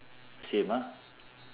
same ah